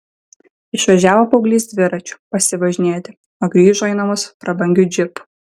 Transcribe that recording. išvažiavo paauglys dviračiu pasivažinėti o grįžo į namus prabangiu džipu